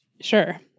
Sure